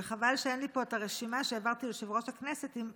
וחבל שאין לי פה הרשימה שהעברתי ליושב-ראש הכנסת עם